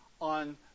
on